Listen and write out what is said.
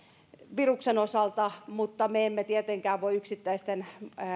viruksen osalta mutta me emme tietenkään voi yksittäisten